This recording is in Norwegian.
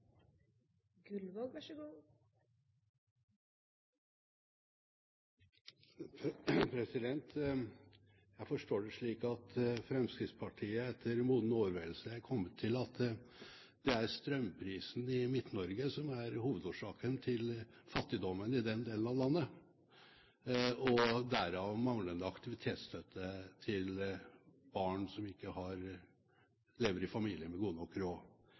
kommet til at det er strømprisen i Midt-Norge som er hovedårsaken til fattigdommen i den delen av landet, og derav manglende aktivitetstøtte til barn som ikke lever i familier med god nok råd.